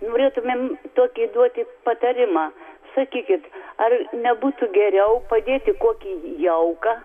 norėtumėm tokį duoti patarimą sakykit ar nebūtų geriau padėti kokį jauką